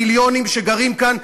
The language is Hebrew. המיליונים שגרים כאן,